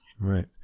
right